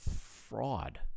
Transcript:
fraud